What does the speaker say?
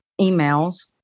emails